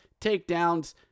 takedowns